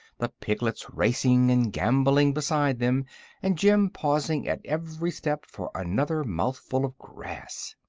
the piglets racing and gambolling beside them and jim pausing at every step for another mouthful of grass.